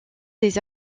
des